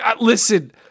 listen